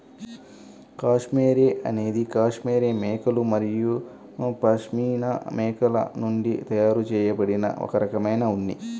cashmere అనేది cashmere మేకలు మరియు పష్మినా మేకల నుండి తయారు చేయబడిన ఒక రకమైన ఉన్ని